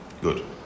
Good